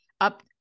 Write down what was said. up